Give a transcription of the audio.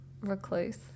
recluse